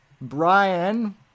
Brian